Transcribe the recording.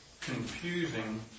confusing